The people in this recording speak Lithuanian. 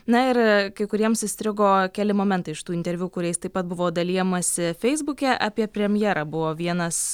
na ir kai kuriems įstrigo keli momentai iš tų interviu kuriais taip pat buvo dalijamasi feisbuke apie premjerą buvo vienas